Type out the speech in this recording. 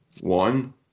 one